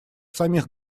самих